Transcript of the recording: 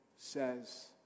says